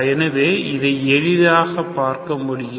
எனவே இதை எளிதாக பார்க்க முடியும்